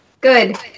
Good